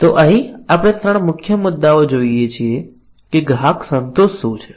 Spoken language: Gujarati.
તો અહીં આપણે 3 મુખ્ય મુદ્દાઓ જોઈએ છીએ કે ગ્રાહક સંતોષ શું છે